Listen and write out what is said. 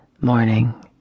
Morning